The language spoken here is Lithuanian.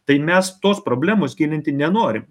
tai mes tos problemos gilinti nenorim